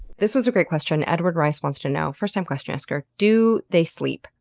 this was a great question. edward rice wants to know, first-time question-asker do they sleep?